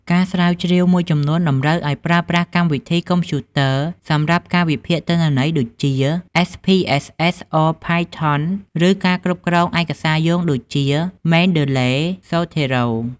ការស្រាវជ្រាវមួយចំនួនតម្រូវឱ្យប្រើប្រាស់កម្មវិធីកុំព្យូទ័រសម្រាប់ការវិភាគទិន្នន័យ ដូចជា អេសភីអេសអេស (SPSS) អរ (R) ផាយថុន (Python) ឬការគ្រប់គ្រងឯកសារយោងដូចជា មែនដឺឡេ (Mendeley) ស្សូថេរ៉ូ (Zotero)។